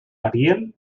ariel